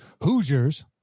Hoosiers